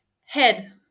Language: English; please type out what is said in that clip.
head